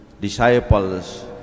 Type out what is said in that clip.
disciples